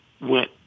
went